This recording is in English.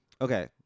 Okay